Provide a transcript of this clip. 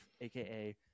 aka